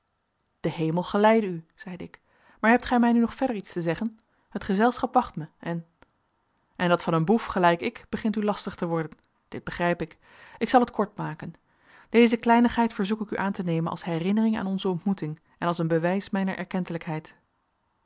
de hemel geleide u zeide ik maar hebt gij mij nu nog verder iets te zeggen het gezelschap wacht mij en en dat van een boef gelijk ik begint u lastig te worden dit begrijp ik ik zal het kort maken deze kleinigheid verzoek ik u aan te nemen als herinnering aan onze ontmoeting en als een bewijs mijner erkentelijkheid